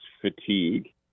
fatigue